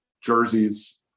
jerseys